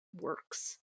works